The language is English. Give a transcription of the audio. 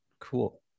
Cool